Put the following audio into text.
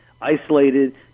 isolated